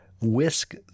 whisk